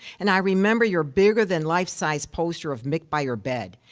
and i remember your bigger-than-life-size poster of mick by your bed.